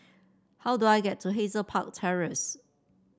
how do I get to Hazel Park Terrace